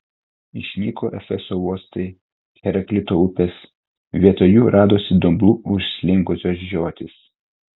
išnyko efeso uostai heraklito upės vietoj jų radosi dumblu užslinkusios žiotys